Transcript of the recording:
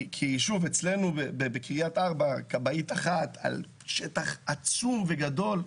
כי אצלנו בקריית ארבע יש כבאית אחת על שטח עצום וגדול.